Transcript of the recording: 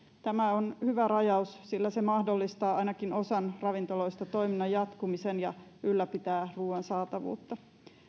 tämä on hyvä rajaus sillä se mahdollistaa ainakin osan ravintoloista toiminnan jatkumisen ja ylläpitää ruoan saatavuutta